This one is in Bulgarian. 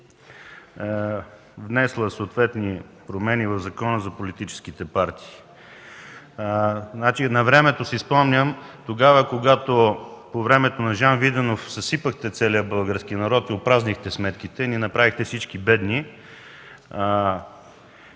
внесла съответни промени в Закона за политическите партии. Навремето си спомням, когато по времето на Жан Виденов съсипахте целия български народ, опразнихте сметките и ни направихте всички бедни,